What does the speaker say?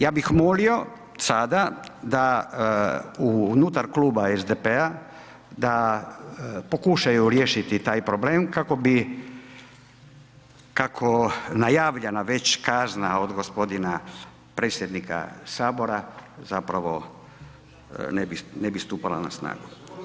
Ja bih molio sada da unutar Kluba SDP-a da pokušaju riješiti taj problem kako bi, kako najavljena već kazna od g. predsjednika HS zapravo ne bi stupala na snagu.